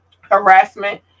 harassment